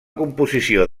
composició